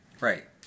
Right